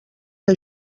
que